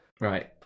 Right